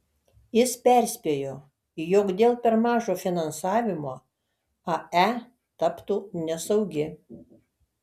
jis perspėjo jog dėl per mažo finansavimo ae taptų nesaugi